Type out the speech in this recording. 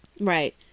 right